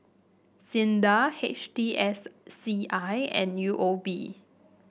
SINDA H T S C I and U O B